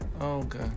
okay